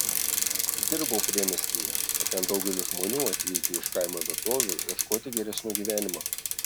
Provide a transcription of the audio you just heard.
dirbau priemiestyje o ten daugelis žmonių atvykę iš kaimo vietovių ieškoti geresnio gyvenimo